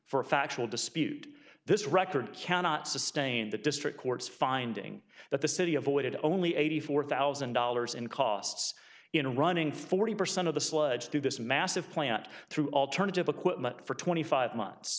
for a factual dispute this record cannot sustain the district court's finding that the city avoided only eighty four thousand dollars in costs in running forty percent of the sludge through this massive plant through alternative equipment for twenty five months